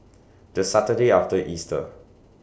The Saturday after Easter